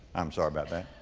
i'm sorry about that.